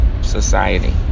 society